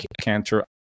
cancer